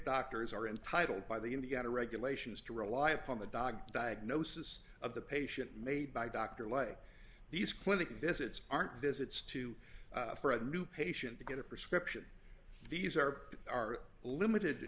doctors are entitled by the indiana regulations to rely upon the dog diagnosis of the patient made by dr lay these clinic visits aren't visits to for a new patient to get a prescription these are are limited